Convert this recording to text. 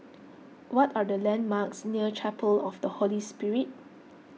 what are the landmarks near Chapel of the Holy Spirit